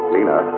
Lena